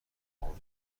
قبول